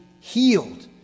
healed